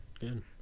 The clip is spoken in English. Good